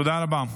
תודה רבה.